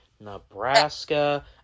Nebraska